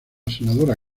senadora